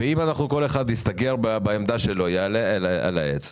אם כל אחד יסתגר בעולם שלו ויעלה על העץ,